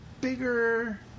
bigger